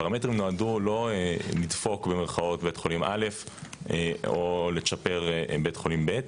הפרמטרים לא נועדו "לדפוק" בית חולים א' או לצ'פר בית חולים ב',